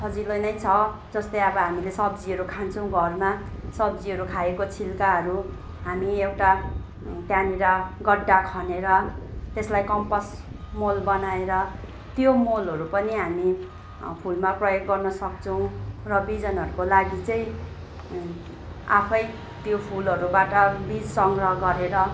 सजिलो नै छ जस्तै अब हामीले सब्जीहरू खान्छौँ घरमा सब्जीहरू खाएको छिल्काहरू हामी एउटा त्यहाँनिर गड्डा खनेर त्यसलाई कम्पोस्ट मल बनाएर त्यो मलहरू पनि हामी फुलमा प्रयोग गर्न सक्छौँ र बिजनहरको लागि चाहिँ आफै त्यो फुलहरूबाट बिज सङ्ग्रह गरेर